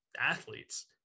athletes